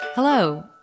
Hello